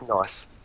Nice